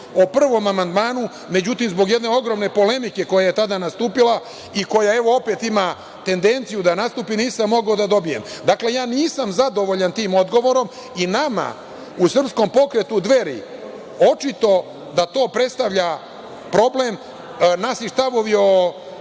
o prvom amandmanu, međutim zbog jedne ogromne polemike koja je tada nastupila i koja evo opet ima tendenciju da nastupi, nisam mogao da dobijem. Dakle, nisam zadovoljan tim odgovorom i nama u Srpskom pokretu Dveri očito da to predstavlja problem. Naši stavovi o